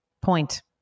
point